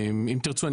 אם תרצו,